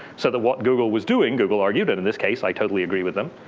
so that what google was doing, google argued, and in this case i totally agree with them,